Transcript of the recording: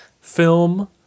film